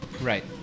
Right